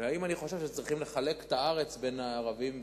אם אני חושב שצריך לחלק את הארץ בין ערבים ליהודים.